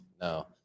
no